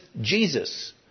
Jesus